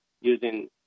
using